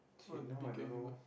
one of the big animal